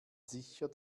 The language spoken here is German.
sicher